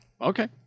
Okay